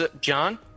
John